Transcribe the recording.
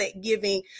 giving